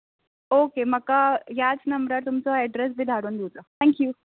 okay म्हाका ह्याच नंबरार तुमचो एड्रेस बी धाडून दिवचो थँक यू